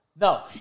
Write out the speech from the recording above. No